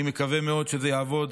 אני מקווה מאוד שזה יעבוד